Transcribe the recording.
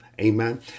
amen